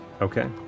Okay